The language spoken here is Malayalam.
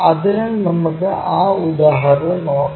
അതിനാൽ നമുക്ക് ആ ഉദാഹരണം നോക്കാം